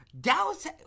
Dallas –